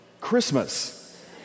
Christmas